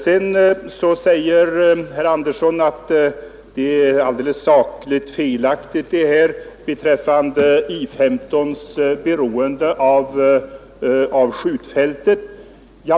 Herr Andersson påstår att det är sakligt fel att I 15 skulle vara beroende av skjutfältet.